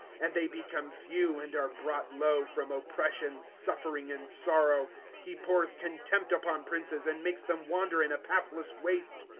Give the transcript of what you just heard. and they become few, and are brought low. from oppression, suft'ering, and sorrow he pours contempt upon princes, and makes them wander in a pathless waste.